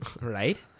Right